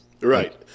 Right